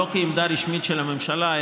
לא כעמדה רשמית של הממשלה,